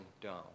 down